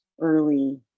early